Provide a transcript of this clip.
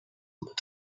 but